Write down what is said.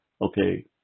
okay